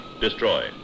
destroy